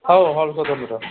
हवं हॉल